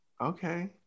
Okay